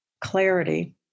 clarity